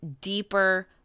deeper